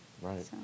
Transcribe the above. Right